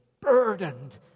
burdened